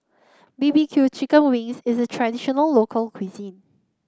B B Q Chicken Wings is a traditional local cuisine